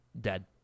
dead